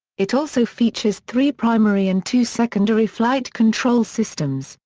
it also features three primary and two secondary flight control systems,